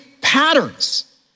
patterns